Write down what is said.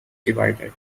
divided